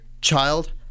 child